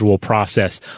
Process